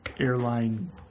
airline